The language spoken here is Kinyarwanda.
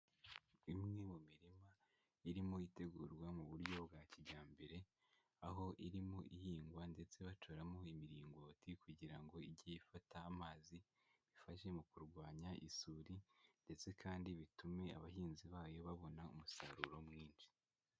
Imwe mu mirima irimo itegurwa mu buryo bwa kijyambere, aho irimo ihingwa ndetse bacoramo imiringoti kugira ngo ijye ifata amazi, ifashe mu kurwanya isuri ndetse kandi bitume abahinzi bayo babona umusaruro mwinshi.